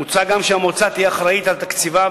מוצע גם שהמועצה תהיה אחראית לתקציבה,